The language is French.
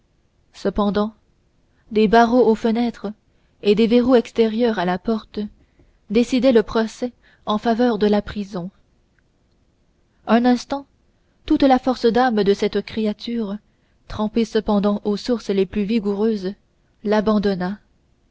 cependant des barreaux aux fenêtres et des verrous extérieurs à la porte décidaient le procès en faveur de la prison un instant toute la force d'âme de cette créature trempée cependant aux sources les plus vigoureuses l'abandonna